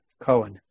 Cohen